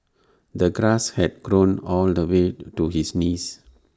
the grass had grown all the way to his knees